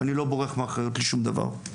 ואני לא בורח מאחריות לשום דבר.